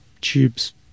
tubes